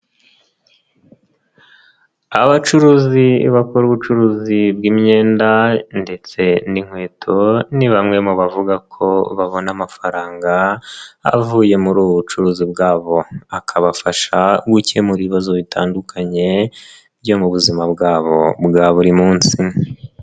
Abacuruzi bakora ubucuruzi bw'imyenda ndetse n'inkweto ni bamwe mu bavuga ko babona amafaranga avuye muri ubu bucuruzi bwabo akabafasha gukemura ibibazo bitandukanye byo mu buzima bwabo bwa buri munsi.